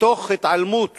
תוך התעלמות